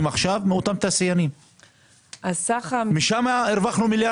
לא, סמוך עליהם שיהיה שם בלגן.